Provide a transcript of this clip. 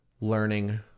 learning